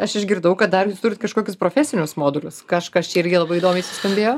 aš išgirdau kad dar jūs turit kažkokius profesinius modulius kažkas čia irgi labai įdomiai suskambėjo